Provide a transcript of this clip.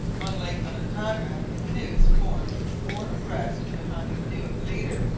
on lake onondaga the canoes formed four abreast behind the canoe of the leader,